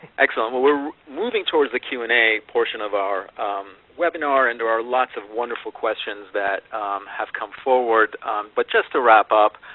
excellent, well we're moving towards the q and a portion of our webinar. and there are lots of wonderful questions that have come forward, but just to wrap up.